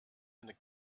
eine